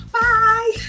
Bye